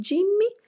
Jimmy